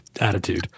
attitude